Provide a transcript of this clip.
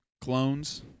clones